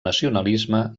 nacionalisme